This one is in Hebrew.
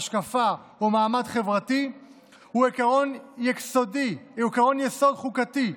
השקפה או מעמד חברתי הוא עקרון יסוד חוקתי,